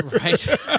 right